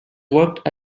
worked